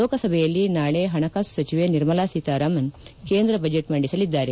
ಲೋಕಸಭೆಯಲ್ಲಿ ನಾಳೆ ಹಣಕಾಸು ಸಚಿವೆ ನಿರ್ಮಲಾ ಸೀತಾರಾಮನ್ ಕೇಂದ್ರ ಬಜೆಟ್ ಮಂದಿಸಲಿದ್ದಾರೆ